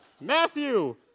Matthew